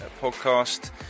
podcast